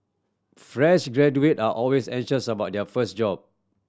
fresh graduate are always anxious about their first job